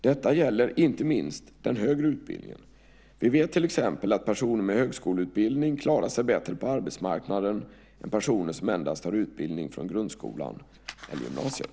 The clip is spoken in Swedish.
Detta gäller inte minst den högre utbildningen. Vi vet till exempel att personer med högskoleutbildning klarar sig bättre på arbetsmarknaden än personer som endast har utbildning från grundskolan eller gymnasiet.